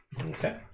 Okay